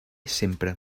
sempre